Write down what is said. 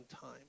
time